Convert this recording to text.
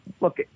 Look